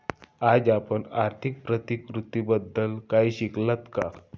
आज आपण आर्थिक प्रतिकृतीबद्दल काही शिकलात का?